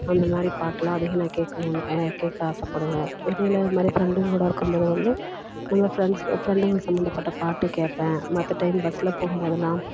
அந்த மாதிரி பாட்டுலாம் அதிகம் நான் கேட்கணும் கேட்க ஆசைப்படுவேன் வெளியில் இந்த மாதிரி ஃப்ரெண்டுங்களோட இருக்கும்போது வந்து இந்த ஃப்ரெண்ட்ஸ் ஃபிரெண்டுங்க சம்பந்தப்பட்ட பாட்டு கேட்பேன் மற்ற டைம் பஸ்ஸில் போகும் போதெல்லாம்